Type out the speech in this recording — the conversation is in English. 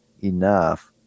enough